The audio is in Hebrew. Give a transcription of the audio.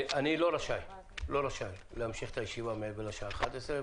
אני לא רשאי להמשיך את הישיבה מעבר לשעה 11:00,